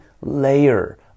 layer